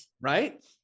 right